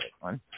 one